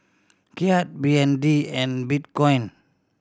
Kyat B N D and Bitcoin